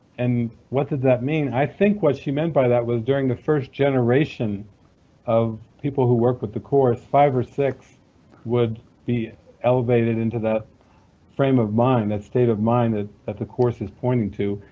and what did that mean? i think what she meant by that was during the first generation of people who worked with the course, five or six would be elevated into that frame of mind, that state of mind that that the course is pointing to,